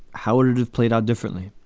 how would it have played out differently?